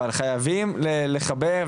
אבל חייבים לחבר,